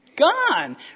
gone